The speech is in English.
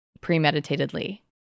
premeditatedly